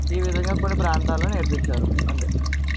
ఈ విధంగా కొన్ని ప్రాంతాలలో నేర్పించారు అంతే